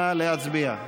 נא להצביע.